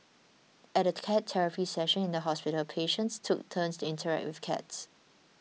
at a cat therapy session in the hospital patients took turns to interact with cats